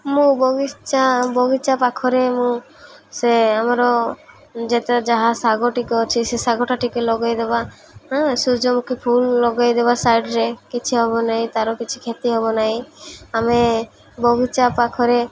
ମୁଁ ବଗିଚା ବଗିଚା ପାଖରେ ମୁଁ ସେ ଆମର ଯେତେ ଯାହା ଶାଗ ଟିକେ ଅଛି ସେ ଶାଗଟା ଟିକେ ଲଗାଇଦବା ହଁ ସୂର୍ଯ୍ୟମୁଖୀ ଫୁଲ ଲଗାଇଦବା ସାଇଡ଼୍ରେ କିଛି ହବ ନାହିଁ ତା'ର କିଛି କ୍ଷତି ହବ ନାହିଁ ଆମେ ବଗିଚା ପାଖରେ